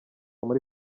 muri